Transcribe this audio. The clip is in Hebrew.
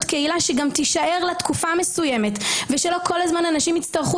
קהילה שתישאר לה תקופה מסוימת ולא כל הזמן אנשים יצטרכו